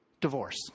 divorce